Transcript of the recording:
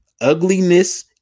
ugliness